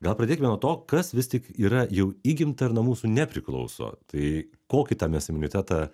gal pradėkime nuo to kas vis tik yra jau įgimta ir nuo mūsų nepriklauso tai kokį tą mes imunitetą